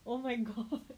oh my god